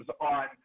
on